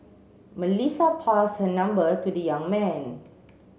Melissa passed her number to the young man